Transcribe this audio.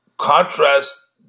Contrast